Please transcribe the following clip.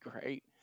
great